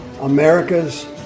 America's